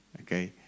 Okay